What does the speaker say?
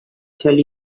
tell